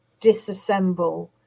disassemble